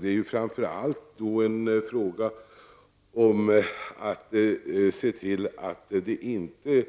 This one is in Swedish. Det handlar framför allt om att det inte